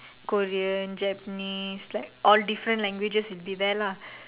Korean Japanese like all different languages will be there lah